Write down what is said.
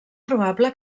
probable